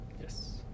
Yes